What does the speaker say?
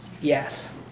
Yes